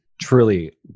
truly